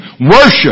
worship